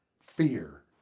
fear